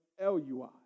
LUI